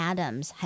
Adams